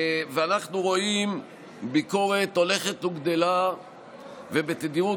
ואנחנו רואים ביקורת הולכת וגדלה ובתדירות